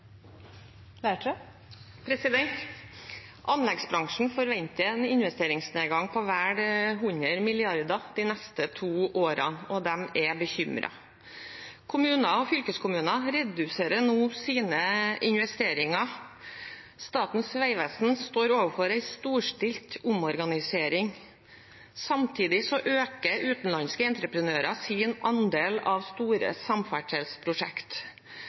Anleggsbransjen forventer en investeringsnedgang på vel 100 mrd. kr de neste to årene, og de er bekymret. Kommuner og fylkeskommuner reduserer nå sine investeringer. Statens vegvesen står overfor en storstilt omorganisering. Samtidig øker utenlandske entreprenører sin andel av store samferdselsprosjekt.